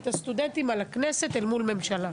הכנסת אל מול ממשלה.